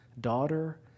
daughter